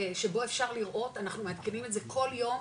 שבו אפשר לראות, אנחנו מעדכנים את זה כל יום,